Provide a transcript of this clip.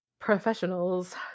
professionals